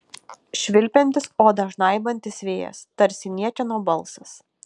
švilpiantis odą žnaibantis vėjas tarsi niekieno balsas